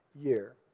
year